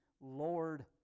Lord